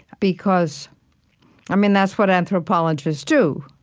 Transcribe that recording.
because i mean that's what anthropologists do.